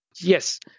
Yes